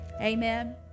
Amen